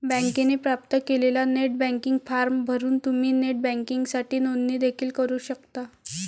बँकेने प्राप्त केलेला नेट बँकिंग फॉर्म भरून तुम्ही नेट बँकिंगसाठी नोंदणी देखील करू शकता